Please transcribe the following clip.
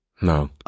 No